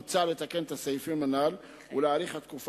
מוצע לתקן את הסעיפים הנ"ל ולהאריך את התקופה